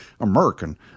American